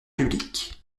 publics